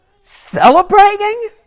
Celebrating